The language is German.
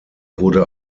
wurde